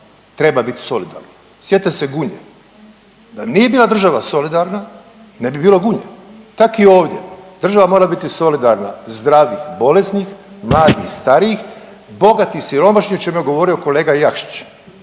treba biti solidarna. Sjetite se Gunje. Da nije bila država solidarna ne bi bilo Gunje. Tako i ovdje. Država mora biti solidarna zdravih, bolesnih, mladih, starijih, bogatih, siromašnih o čemu je govorio kolega Jakšić.